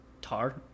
Tar